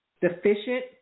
deficient